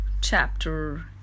chapter